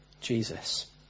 Jesus